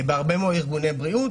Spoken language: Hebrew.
בהרבה מאוד ארגוני בריאות,